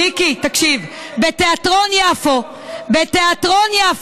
מי מימן את זה?